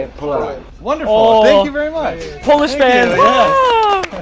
ah wonderful, thank you very much polish fans! ah